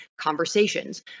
conversations